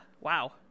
wow